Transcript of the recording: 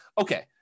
Okay